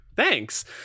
Thanks